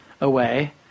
away